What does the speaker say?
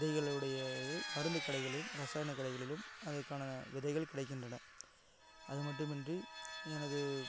விதைகளுடைய இ மருந்து கடைகளிலும் ரசாயன கடைகளிலும் அதற்கான விதைகள் கிடைக்கின்றன அதுமட்டுமின்றி எனது